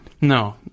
No